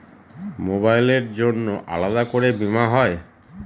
মোবাইলের জন্য আলাদা করে বীমা হয়?